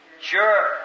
Sure